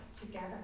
together